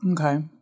Okay